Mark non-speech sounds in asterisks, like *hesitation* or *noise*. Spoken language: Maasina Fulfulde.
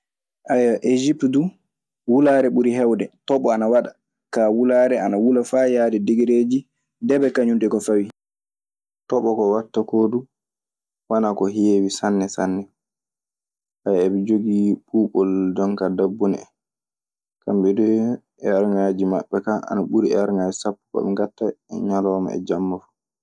Ejipte dun wulare ɓuri hewde, toɓo ana waɗe ka wulare ana wula fa yaha degereji debee kaŋum dun e ko fawi. Toɓo ko waɗta koo du wonaa ko heewi sanne sanne. *hesitation* eɓe jogii ɓuuɓol jonkaa dabbunde en. Kamɓe duu, eerŋaaji maɓɓe kaa ana ɓuri eerŋaaji sappo ko ɓe ngaɗta e ñalawma e jamma ko.